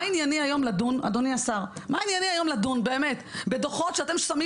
מה ענייני היום אדוני השר לדון באמת בדוחות שאתם שמים